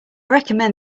recommend